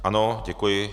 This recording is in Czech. Ano, děkuji.